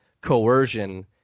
coercion